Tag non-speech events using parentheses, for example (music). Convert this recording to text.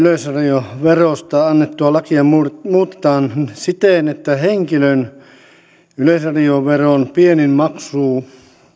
(unintelligible) yleisradioverosta annettua lakia muutetaan siten että henkilön yleisradioveron pienin maksuun